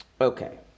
Okay